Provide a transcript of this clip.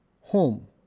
home